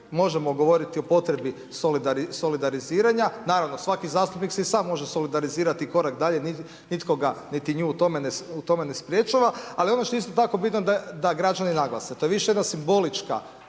možemo govoriti o potrebi solidariziranja. Naravno svaki zastupnik si i sam može solidarizirati korak dalje, nitko ga niti nju u tome ne sprječava. Ali ono što je isto tako bitno da građani naglase, to je više jedna simbolička